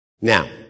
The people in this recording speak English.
Now